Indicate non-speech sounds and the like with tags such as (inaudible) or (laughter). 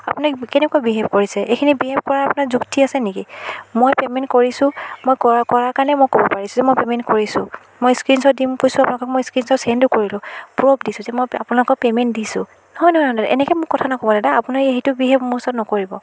আপুনি কেনেকুৱা বিহেভ কৰিছে এইখিনি বিহেভ কৰাৰ আপোনাৰ যুক্তি আছে নেকি মই পে'মেণ্ট কৰিছোঁ মই কৰা কৰা কাৰণে মই ক'ব পাৰিছোঁ যে মই পে'মেণ্ট কৰিছোঁ মই স্ক্ৰীণশ্বট দিম কৈছোঁ আপোনালোকক মই স্ক্ৰীণশ্বট চেণ্ডো কৰিলোঁ প্ৰ'ভ দিছোঁ যে মই আপোনালোকক পে'মেণ্ট দিছোঁ নহয় নহয় (unintelligible) এনেকৈ মোক কথা নক'ব দাদা আপোনাৰ এই সেইটো বিহেভ মোৰ ওচৰত নকৰিব